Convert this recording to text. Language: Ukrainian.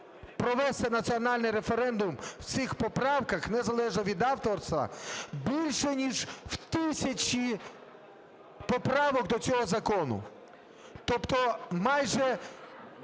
провести національний референдум в цих поправках незалежно від авторства більше ніж тисячі поправок до цього закону. Тобто майже